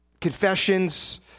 confessions